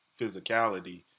physicality